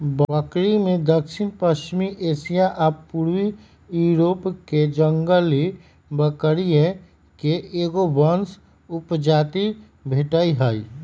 बकरिमें दक्षिणपश्चिमी एशिया आ पूर्वी यूरोपके जंगली बकरिये के एगो वंश उपजाति भेटइ हइ